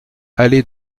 allée